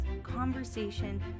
conversation